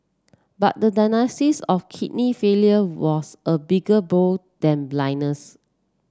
but the diagnosis of kidney failure was a bigger blow than blindness